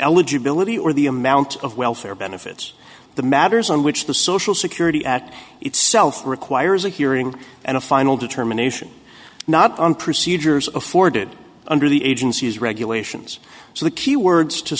eligibility or the amount of welfare benefits the matters on which the social security at itself requires a hearing and a final determination not on procedures afforded under the agency's regulations so the key words to